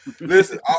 listen